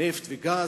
נפט וגז,